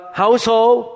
household